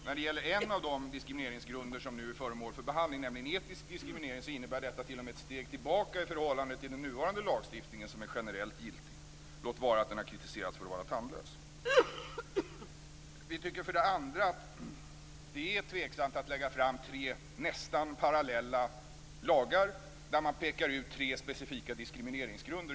När det gäller en av de diskrimineringsgrunder som nu är föremål för behandling, nämligen etnisk diskriminering, innebär detta t.o.m. ett steg tillbaka i förhållande till den nuvarande lagstiftningen, som är generellt giltig, låt vara att den har kritiserats för att vara tandlös. Vi tycker för det andra att det är tveksamt att lägga fram tre nästan parallella lagar där man pekar ut tre specifika diskrimineringsgrunder.